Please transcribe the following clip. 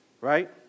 right